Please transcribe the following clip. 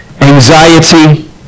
anxiety